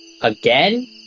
Again